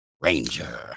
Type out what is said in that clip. Ranger